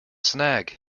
snag